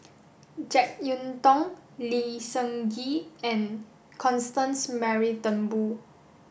Jek Yeun Thong Lee Seng Gee and Constance Mary Turnbull